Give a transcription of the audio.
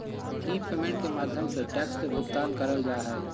ई payment के माध्यम से टैक्स के भुगतान करल जा हय